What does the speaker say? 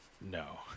No